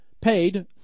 paid